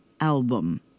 album